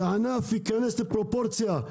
שהענף ייכנס לפרופורציה.